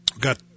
got